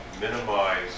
minimize